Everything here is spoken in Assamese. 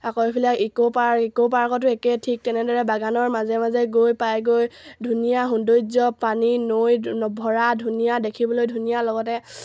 আকৌ এইফালে ইক'পাৰ্ক ইক'পাৰ্কতো একেই ঠিক তেনেদৰে বাগানৰ মাজে মাজে গৈ পায়গৈ ধুনীয়া সৌন্দৰ্য পানী নৈ ভৰা ধুনীয়া দেখিবলৈ ধুনীয়া লগতে